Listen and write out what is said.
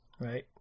Right